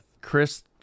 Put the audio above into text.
chris